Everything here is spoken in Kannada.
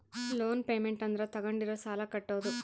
ಲೋನ್ ಪೇಮೆಂಟ್ ಅಂದ್ರ ತಾಗೊಂಡಿರೋ ಸಾಲ ಕಟ್ಟೋದು